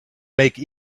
make